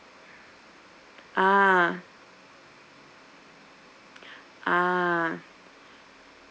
ah ah